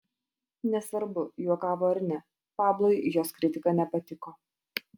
nesvarbu juokavo ar ne pablui jos kritika nepatiko